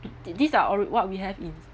these are all what we have in